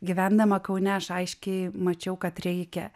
gyvendama kaune aš aiškiai mačiau kad reikia